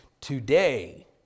Today